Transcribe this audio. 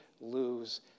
lose